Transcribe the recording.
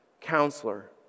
Counselor